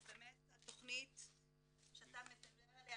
באמת התכנית שאתה מדבר עליה,